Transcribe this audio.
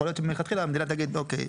יכול להיות שמלכתחילה המדינה תגיד אוקיי,